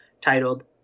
titled